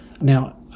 now